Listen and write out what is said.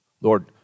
Lord